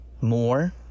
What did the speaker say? more